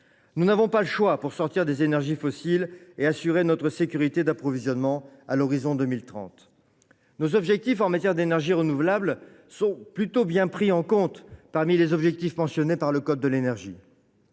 Nous n’avons pas le choix pour sortir des énergies fossiles et assurer notre sécurité d’approvisionnement à l’horizon 2030. Nos objectifs en matière d’énergies renouvelables sont plutôt bien pris en compte parmi les objectifs mentionnés par le code de l’énergie.